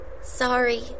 Sorry